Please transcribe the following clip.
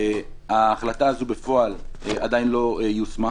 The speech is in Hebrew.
ההחלטה הזאת בפועל עדיין לא יושמה.